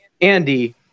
Andy